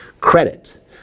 Credit